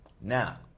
Now